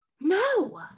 No